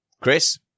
Chris